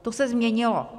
To se změnilo.